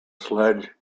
sledge